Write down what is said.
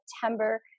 September